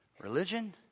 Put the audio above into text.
Religion